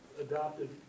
adopted